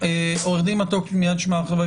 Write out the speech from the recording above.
אדוני היושב-ראש, אני לא רוצה להגיד סתם משהו.